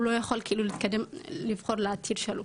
הוא לא יכול לבחור את העתיד שלו,